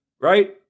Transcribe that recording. right